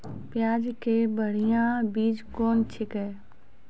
प्याज के बढ़िया बीज कौन छिकै?